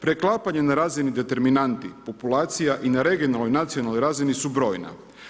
Preklapanje na razini determinanti populacija i na regionalnoj, nacionalnoj razini su brojna.